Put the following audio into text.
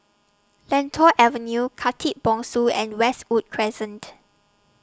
Lentor Avenue Khatib Bongsu and Westwood Crescent